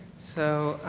so,